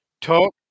talk